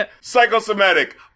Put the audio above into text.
Psychosomatic